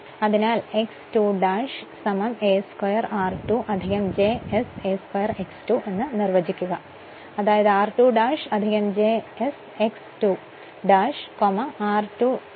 അതിനാൽ Z2 ' a²r2 j s a² X 2 നിർവചിക്കുക അതായത് r2 ' j S X 2 ' r2 ' ഇത്രയും X 2 '